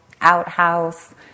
outhouse